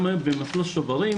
גם במסלול שוברים,